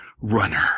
runner